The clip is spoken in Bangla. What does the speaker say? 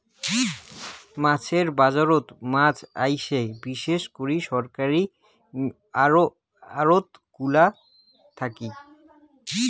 মাছের বাজারত মাছ আইসে বিশেষ করি সরকারী আড়তগুলা থাকি